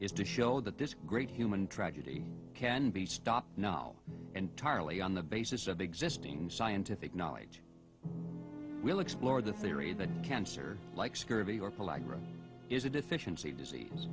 is to show that this great human tragedy can be stopped now entirely on the basis of existing scientific knowledge will explore the theory that cancer like scurvy or pellagra is a deficiency disease